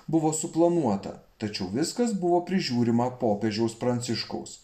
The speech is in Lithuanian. buvo suplanuota tačiau viskas buvo prižiūrima popiežiaus pranciškaus